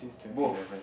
both